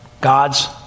God's